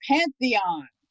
Pantheon